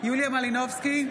יוליה מלינובסקי,